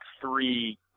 three